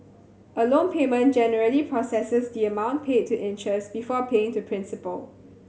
a loan payment generally processes the amount paid to interest before paying to principal